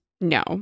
no